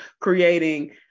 creating